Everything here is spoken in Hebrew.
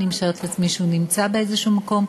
אני משערת לעצמי שהוא נמצא באיזה מקום.